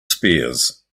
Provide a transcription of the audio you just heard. spears